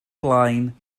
blaen